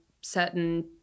certain